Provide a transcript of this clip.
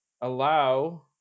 allow